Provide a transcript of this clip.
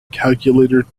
calculator